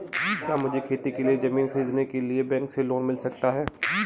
क्या मुझे खेती के लिए ज़मीन खरीदने के लिए बैंक से लोन मिल सकता है?